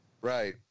right